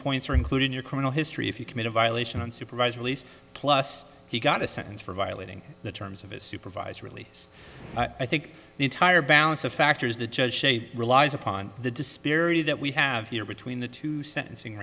points or including your criminal history if you commit a violation on supervised release plus he got a sentence for violating the terms of his supervise release i think the entire balance of factors the judge relies upon the disparity that we have here between the two sentencing